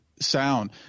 sound